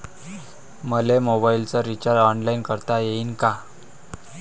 मले मोबाईलच recharge online करता येईन का?